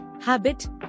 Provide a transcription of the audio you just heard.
habit